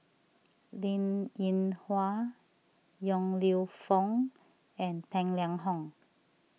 Linn in Hua Yong Lew Foong and Tang Liang Hong